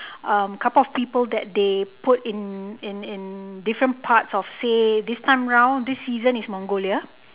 uh couple of people that they put in in in different parts of say this time round this season is mongolia